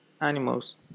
animals